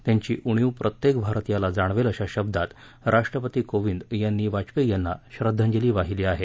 त्यांची उणीव प्रत्येक भारतीयाला जाणवेल अशा शब्दात राष्ट्रपती कोविंद यांनी वाजपेयी यांना श्रद्धांजली वाहिली आहे